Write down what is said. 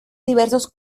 diversos